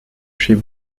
she